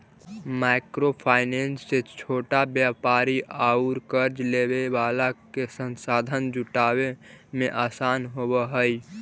micro finance से छोटा व्यापारि औउर कर्ज लेवे वाला के संसाधन जुटावे में आसान होवऽ हई